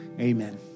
Amen